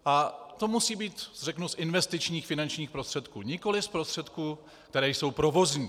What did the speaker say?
A to musí být z investičních finančních prostředků, nikoliv z prostředků, které jsou provozní.